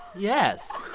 yes.